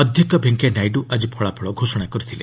ଅଧ୍ୟକ୍ଷ ଭେଙ୍କୟା ନାଇଡୁ ଆକି ଫଳାଫଳ ଘୋଷଣା କରିଥିଲେ